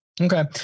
Okay